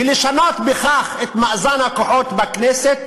ולשנות בכך את מאזן הכוחות בכנסת,